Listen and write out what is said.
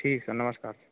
ठीक है नमस्कार सर